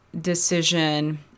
decision